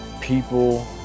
people